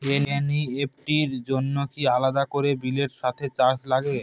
NEFT র জন্য কি আলাদা করে বিলের সাথে চার্জ লাগে?